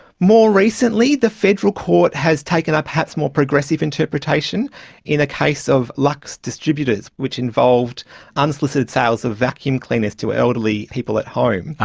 more recently, the federal court has taken perhaps more progressive interpretation in a case of lux distributers which involved unsolicited sales of vacuum cleaners to elderly people at home.